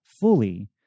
fully